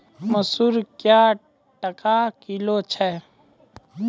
मसूर क्या टका किलो छ?